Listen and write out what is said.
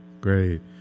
great